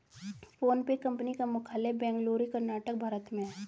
PhonePe कंपनी का मुख्यालय बेंगलुरु कर्नाटक भारत में है